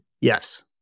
Yes